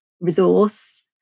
resource